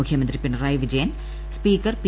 മുഖ്യമന്ത്രി Pinarayi Vijayan speaker P